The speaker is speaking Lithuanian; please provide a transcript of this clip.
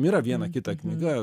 yra viena kita knyga